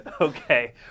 Okay